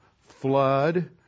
flood